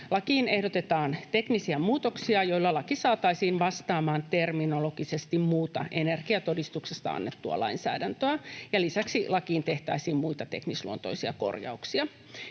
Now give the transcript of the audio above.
Lakiin ehdotetaan teknisiä muutoksia, joilla laki saataisiin vastaamaan terminologisesti muuta energiatodistuksesta annettua lainsäädäntöä, ja lisäksi lakiin tehtäisiin muita teknisluontoisia korjauksia.